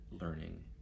learning